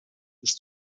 ist